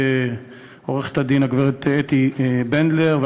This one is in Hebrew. עורכת-הדין הגברת אתי בנדלר,